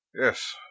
Yes